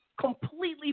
completely